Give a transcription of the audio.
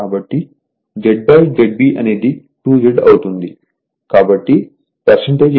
కాబట్టిZ ZB అనేది 2Z అవుతుందికాబట్టి impedance 2 Z 0